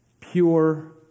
pure